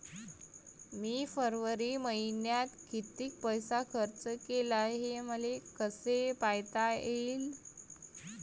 मी फरवरी मईन्यात कितीक पैसा खर्च केला, हे मले कसे पायता येईल?